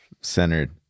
centered